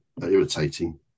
irritating